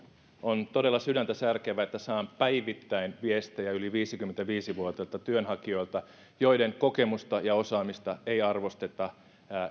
on todella sydäntäsärkevää että saan päivittäin viestejä yli viisikymmentäviisi vuotiailta työnhakijoilta joiden kokemusta ja osaamista ei arvosteta he